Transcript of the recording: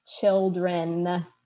children